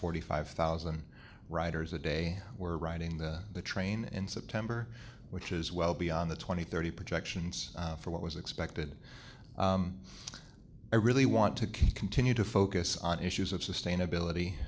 forty five thousand riders a day were riding the train in september which is well beyond the twenty thirty projections for what was expected i really want to continue to focus on issues of sustainability